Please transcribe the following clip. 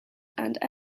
and